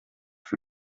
für